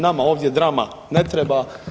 Nama ovdje drama ne treba.